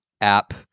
app